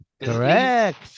Correct